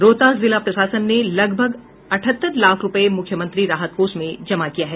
रोहतास जिला प्रशासन ने लगभग अठहत्तर लाख रूपये मुख्यमंत्री राहत कोष में जमा किया है